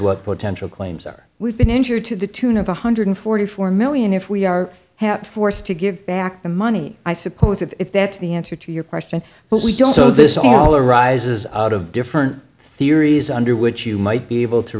what potential claims are we've been injured to the tune of one hundred forty four million if we are have forced to give back the money i suppose if that's the answer to your question but we don't so this all arises out of different theories under which you might be able to